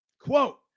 Quote